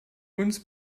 uns